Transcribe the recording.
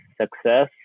success